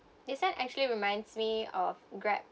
this one actually reminds me of grab